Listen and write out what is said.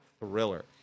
thriller